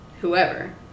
whoever